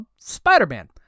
Spider-Man